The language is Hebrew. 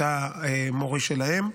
את המוריש שלהם.